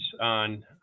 on